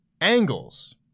angles